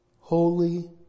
holy